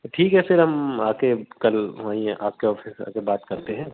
तो ठीक है फिर हम आके कल वहीं आपके ऑफ़िस आके बात करते हैं